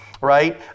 right